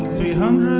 three hundred